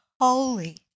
holy